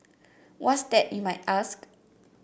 what's that you might ask